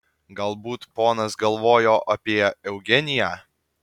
galbūt ponas galvojo apie eugeniją